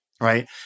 right